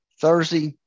Thursday